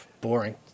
boring